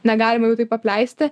negalima jų taip apleisti